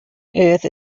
earth